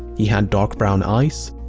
he had dark brown eyes.